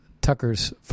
Tucker's